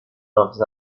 leurs